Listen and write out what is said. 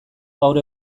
gaur